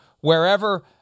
wherever